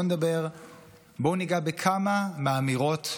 בואו ניגע בכמה מהאמירות,